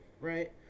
right